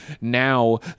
now